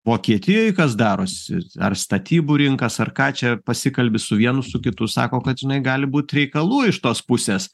vokietijoj kas darosi ar statybų rinkas ar ką čia pasikalbi su vienu su kitu sako kad žinai gali būt reikalų iš tos pusės